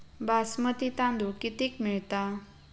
बासमती तांदूळ कितीक मिळता?